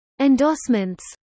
Endorsements